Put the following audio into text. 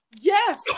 Yes